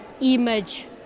image